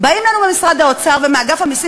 באים לנו ממשרד האוצר ומאגף המסים